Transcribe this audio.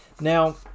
Now